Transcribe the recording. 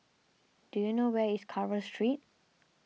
do you know where is Carver Street